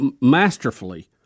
masterfully